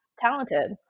talented